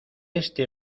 este